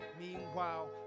meanwhile